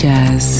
Jazz